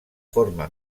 forma